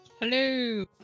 Hello